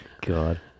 God